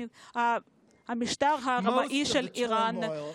המשטר הרמאי של איראן.